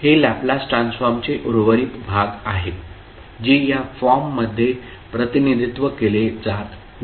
हे लॅपलास ट्रान्सफॉर्मचे उर्वरित भाग आहे जे या फॉर्ममध्ये प्रतिनिधित्व केले जात नाही